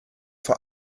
vor